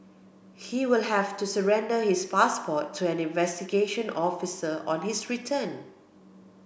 he will have to surrender his passport to an investigation officer on his return